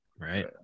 right